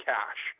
Cash